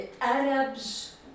Arabs